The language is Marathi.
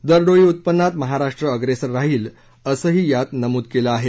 दरडोई उत्पन्नात महाराष्ट्र अप्रेसर राहील असंही यात नमूद केलं आहे